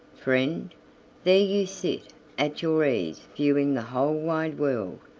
friend there you sit at your ease viewing the whole wide world.